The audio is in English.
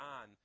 on